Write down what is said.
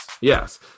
Yes